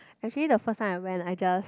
actually the first time I went I just